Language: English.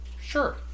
sure